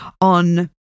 on